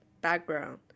background